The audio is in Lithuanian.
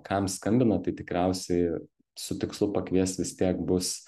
kam skambinat tai tikriausiai su tikslu pakviest vis tiek bus